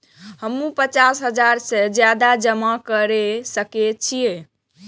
हमू पचास हजार से ज्यादा जमा कर सके छी?